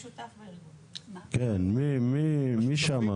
כן, מי שם?